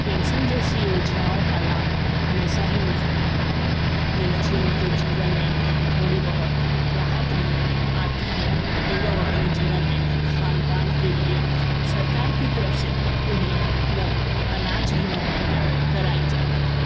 pension जैसी योजनाओं का लाभ हमेशा ही मिलते रहता है जिन उनके जीवन में थोड़ी बहुत राहत भी आती है एवं अपने जीवन में खानपान के लिए सरकार की तरफ़ से उन्हें मुक्त अनाज भी मुहैया कराई जाती है